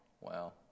Wow